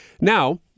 Now